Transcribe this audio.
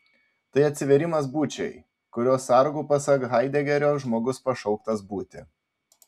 tai atsivėrimas būčiai kurios sargu pasak haidegerio žmogus pašauktas būti